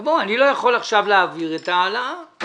אני לא יכול עכשיו להעביר את ההעלאה .